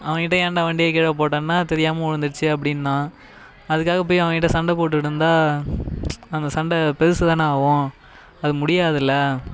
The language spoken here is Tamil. அவன்கிட்ட ஏன்டா வண்டியை கீழே போட்டன்னேன் தெரியாமல் விழுந்துருச்சு அப்படின்னா அதுக்காக போய் அவன்கிட்ட சண்டை போட்டுக்கிட்டு இருந்தால் அந்த சண்டை பெருசுதான ஆகும் அது முடியாது